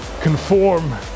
conform